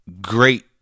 great